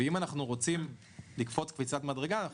ואם אנחנו רוצים לקפוץ קפיצת מדרגה אנחנו